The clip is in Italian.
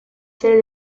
serie